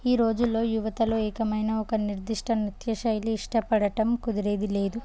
ఈ రోజుల్లో యువతలో ఏకమైన ఒక నిర్దిష్ట నృత్య శైలి ఇష్టపడటం కుదిరేది లేదు